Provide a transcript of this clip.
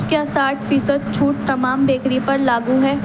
کیا ساٹھ فیصد چھوٹ تمام بیکری پر لاگو ہے